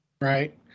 Right